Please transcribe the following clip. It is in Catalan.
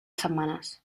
setmanes